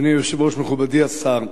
אדוני היושב-ראש, מכובדי השר,